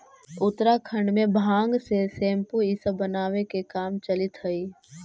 उत्तराखण्ड में भाँग से सेम्पू इ सब बनावे के काम चलित हई